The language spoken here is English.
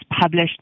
published